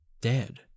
dead